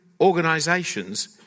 organisations